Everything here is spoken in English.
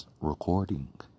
Recording